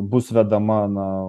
bus vedama na